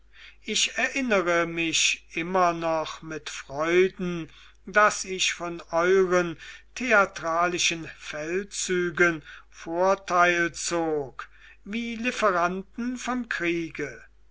ich erinnere mich immer noch mit freuden daß ich von euren theatralischen feldzügen vorteil zog wie lieferanten vom kriege